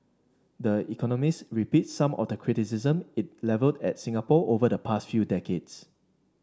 the Economist repeats some of the criticism it levelled at Singapore over the past few decades